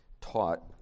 taught